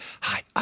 hi